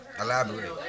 Elaborate